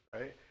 right